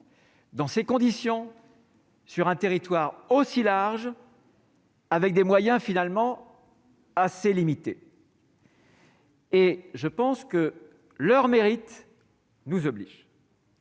Dans ces conditions. Sur un territoire aussi large. Avec des moyens finalement assez limité. Et je pense que leur mérite nous oblige.